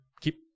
keep